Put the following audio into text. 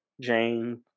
jane